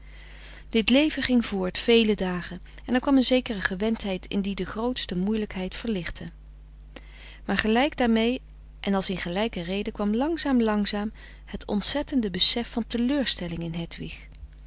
dit leven ging voort vele dagen en er kwam een zekere gewendheid in die de grootste moeielijkheid verlichtte maar gelijk daarmee en als in gelijke rede kwam langzaam langzaam het ontzettende besef van teleurstelling in hedwig